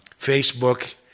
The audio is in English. Facebook